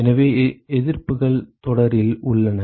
எனவே எதிர்ப்புகள் தொடரில் உள்ளன